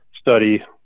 study